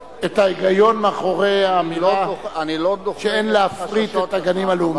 את ההיגיון מאחורי האמירה שאין להפריט את הגנים הלאומיים.